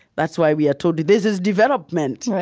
that's why we are told this is development right,